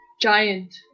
giant